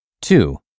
Two